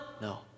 No